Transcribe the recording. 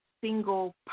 single